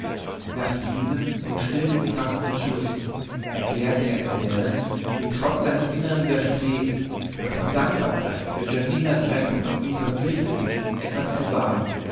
nach diesem im stillen gefaßten entschluß erklärte er dem denner wie trotz seines innern widerstrebens doch die dankbarkeit für giorginas rettung ihn verpflichte etwas zu wagen